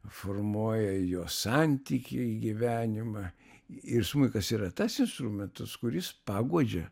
formuoja jo santykį į gyvenimą ir smuikas yra tas instrumentas kuris paguodžia